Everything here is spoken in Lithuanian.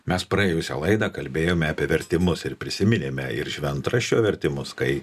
mes praėjusią laidą kalbėjome apie vertimus ir prisiminėme ir šventraščio vertimus kai